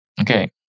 Okay